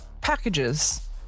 packages